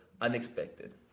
unexpected